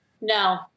No